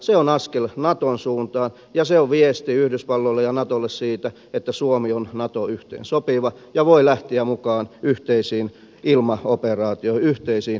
se on askel naton suuntaan ja se on viesti yhdysvalloille ja natolle siitä että suomi on nato yhteensopiva ja voi lähteä mukaan yhteisiin ilmaoperaatioihin yhteisiin ilmaiskuihin